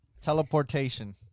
teleportation